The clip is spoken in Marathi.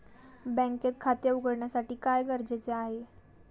बँकेत खाते उघडण्यासाठी काय गरजेचे आहे?